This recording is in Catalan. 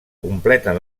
completen